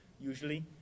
Usually